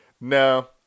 No